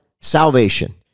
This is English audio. salvation